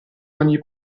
ogni